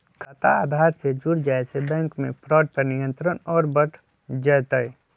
खाता आधार से जुड़ जाये से बैंक मे फ्रॉड पर नियंत्रण और बढ़ जय तय